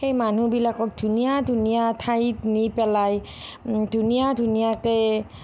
সেই মানুহবিলাকক ধুনীয়া ধুনীয়া ঠাইত নি পেলাই ধুনীয়া ধুনীয়াকৈ